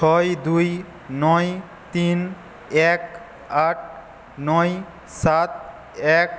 ছয় দুই নয় তিন এক আট নয় সাত এক